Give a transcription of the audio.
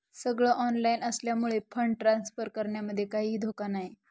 सगळ ऑनलाइन असल्यामुळे fund transfer करण्यामध्ये काहीही धोका नाही